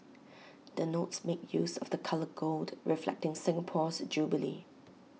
the notes make use of the colour gold reflecting Singapore's jubilee